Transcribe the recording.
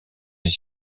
des